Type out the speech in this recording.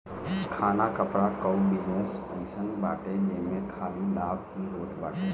खाना कपड़ा कअ बिजनेस अइसन बाटे जेमे खाली लाभ ही होत बाटे